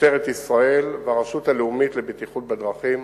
משטרת ישראל והרשות הלאומית לבטיחות בדרכים,